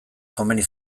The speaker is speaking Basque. komeni